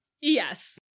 Yes